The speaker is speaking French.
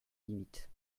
limites